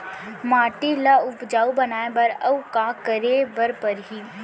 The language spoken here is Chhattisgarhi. माटी ल उपजाऊ बनाए बर अऊ का करे बर परही?